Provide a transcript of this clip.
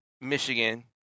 Michigan